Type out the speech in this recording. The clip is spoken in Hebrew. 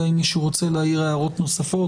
מישהו רוצה להעיר הערות נוספות?